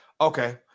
Okay